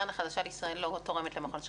הקרן החדשה לישראל לא תורמת למכון שחרית.